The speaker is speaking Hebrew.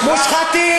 מושחתים.